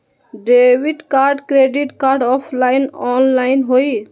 Debit card credit card offline online होई?